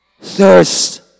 thirst